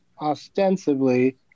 ostensibly